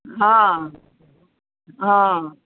હા હા